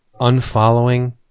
unfollowing